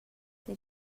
did